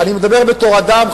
אני מדבר בתור אדם,